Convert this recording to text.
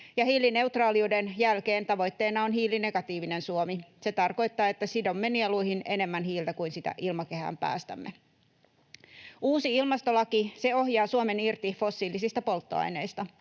hiilineutraaliuden jälkeen tavoitteena on hiilinegatiivinen Suomi. Se tarkoittaa, että sidomme nieluihin enemmän hiiltä kuin sitä ilmakehään päästämme. Uusi ilmastolaki ohjaa Suomen irti fossiilisista polttoaineista.